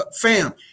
fam